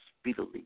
speedily